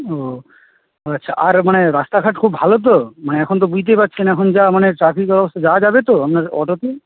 ও আচ্ছা আর মানে রাস্তাঘাট খুব ভালো তো মানে এখন তো বুঝতেই পাচ্ছেন এখন যা মানে চারদিক অবস্থা যাওয়া যাবে তো আপনার অটোতে